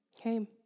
came